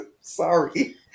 Sorry